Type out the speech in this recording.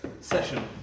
session